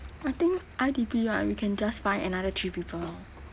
I think I_D_P right we can just find another three people